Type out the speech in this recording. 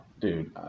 dude